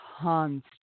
constant